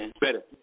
better